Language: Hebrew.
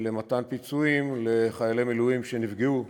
למתן פיצויים לחיילי מילואים שנפגעו